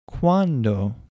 Cuando